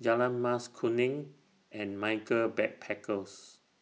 Jalan Mas Kuning and Michaels Backpackers